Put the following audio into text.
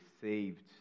saved